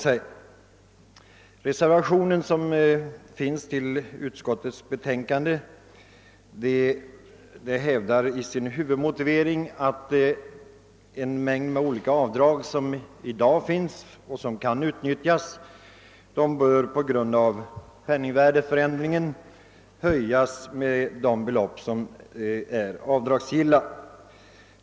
I den reservation som fogats vid utskottsbetänkandet hävdas i huvudmotiveringen, att den mängd olika avdrag som finns i dag och som kan utnyttjas på grund av penningvärdeförändringen bör höjas i motsvarande grad.